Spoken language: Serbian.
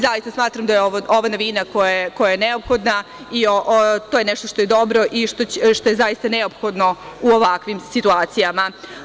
Zaista smatram da je ovo novina koja je neophodna i to je nešto što je dobro i što je zaista neophodno u ovakvim situacijama.